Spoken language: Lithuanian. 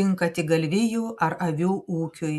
tinka tik galvijų ar avių ūkiui